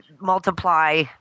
multiply